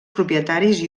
propietaris